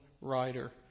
writer